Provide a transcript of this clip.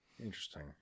Interesting